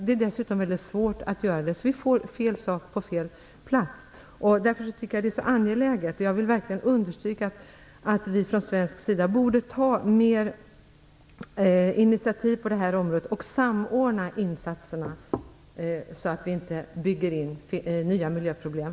Det är dessutom väldigt svårt att göra det. Vi får fel sak på fel plats. Därför tycker jag att detta är så angeläget. Jag vill verkligen understryka att vi från svensk sida borde ta flera initiativ på området och samordna insatserna så att vi inte bygger in nya miljöproblem.